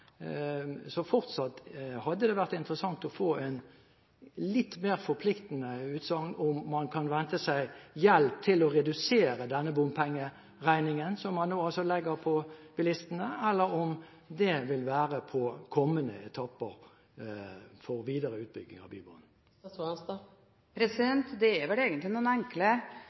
Så det hadde fortsatt vært interessant å få et litt mer forpliktende utsagn om man kan vente seg hjelp til å redusere denne bompengeregningen som man nå legger på bilistene, eller om dette vil være på kommende etapper, for en videre utbygging av Bybanen. Det er vel egentlig noen enkle